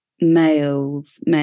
males